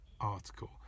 article